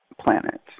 planet